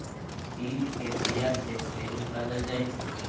तिल केर बिया सँ तेल निकालल जाय छै